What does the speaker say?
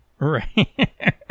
Right